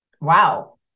Wow